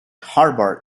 harvard